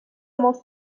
molts